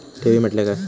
ठेवी म्हटल्या काय?